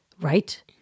right